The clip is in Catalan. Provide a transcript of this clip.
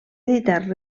editar